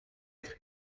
être